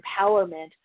empowerment